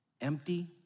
empty